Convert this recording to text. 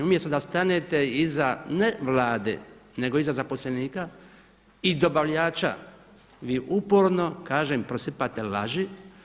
Umjesto da stanete iza ne Vlade, nego iza zaposlenika i dobavljača vi uporno, kažem prosipate laži.